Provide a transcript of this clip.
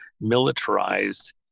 militarized